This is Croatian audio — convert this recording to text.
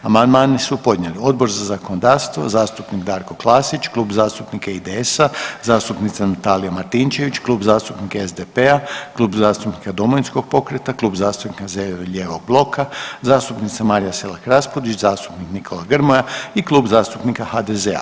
Amandmane su podnijeli Odbor za zakonodavstvo, zastupnik Darko Klasić, Klub zastupnika IDS-a, zastupnica Natalija Martinčević, Klub zastupnika SDP-a, Klub zastupnika Domovinskog pokreta, Klub zastupnika zeleno-lijevog bloka, zastupnica Marija Selak Raspudić, zastupnik Nikola Grmoja i Klub zastupnika HDZ-a.